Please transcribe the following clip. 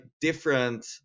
different